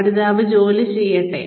പഠിതാവ് ജോലി ചെയ്യട്ടെ